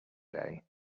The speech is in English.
day